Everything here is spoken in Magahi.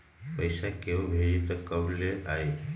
पैसा केहु भेजी त कब ले आई?